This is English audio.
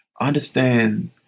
Understand